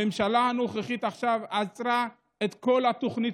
הממשלה הנוכחית עצרה עכשיו את כל התוכנית